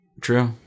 true